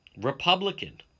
republican